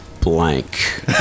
blank